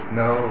no